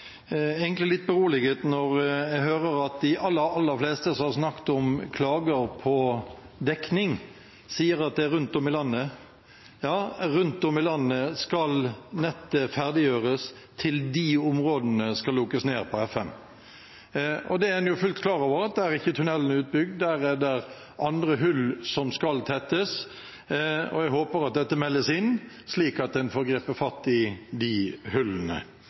litt beroliget når jeg hører at de aller, aller fleste som har snakket om klager på dekning, sier at det er rundt om i landet. Ja, rundt om i landet skal nettet ferdiggjøres – til de områdene skal lukkes ned på FM. Og en er jo fullt klar over at der tunnelene ikke er utbygd, er det andre hull som skal tettes, og jeg håper at dette meldes inn, slik at en får grepet fatt i de hullene.